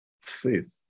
faith